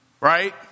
Right